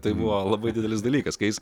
tai buvo labai didelis dalykas kai jis